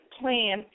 plan